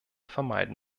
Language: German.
vermeiden